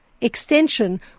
Extension